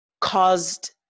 caused